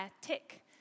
Tick